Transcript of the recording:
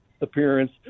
appearance